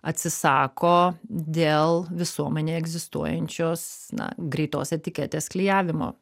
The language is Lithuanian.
atsisako dėl visuomenėje egzistuojančios na greitos etiketės klijavimo